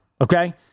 okay